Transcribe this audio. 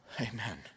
Amen